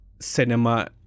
cinema